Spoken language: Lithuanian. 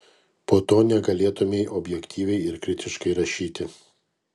po to negalėtumei objektyviai ir kritiškai rašyti